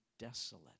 Desolate